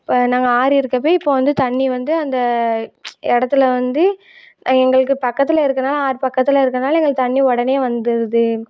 இப்போ நாங்கள் ஆறு இருக்கிறப்பயே இப்போ வந்து தண்ணி வந்து அந்த இடத்துல வந்து எங்களுக்கு பக்கத்தில் இருக்கிறதுனால ஆறு பக்கத்தில் இருக்கிறதுனால எங்களுக்கு தண்ணி உடனே வந்துடுது